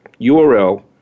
URL